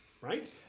Right